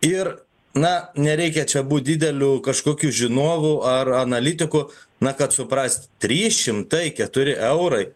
ir na nereikia čia būti dideliu kažkokiu žinovu ar analitiku na kad suprast trys šimtai keturi eurai